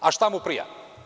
A šta mu prija?